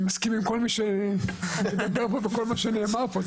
מסכים עם כל מי מדבר פה וכל מה שנאמר פה.